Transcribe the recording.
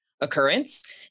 occurrence